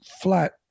flat